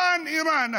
איראן, איראן.